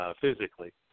Physically